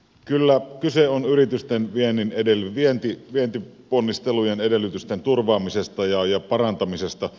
kyllä kyse on yritysten vientiponnistelujen edellytysten turvaamisesta ja parantamisesta